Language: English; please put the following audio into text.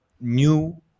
new